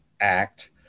act